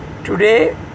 Today